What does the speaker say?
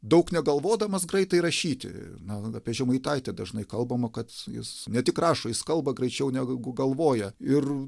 daug negalvodamas graitai rašyti na apie žemaitaitį dažnai kalbama kad jis ne tik rašo jis kalba graičiau negu galvoja ir